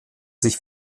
sich